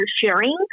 sharing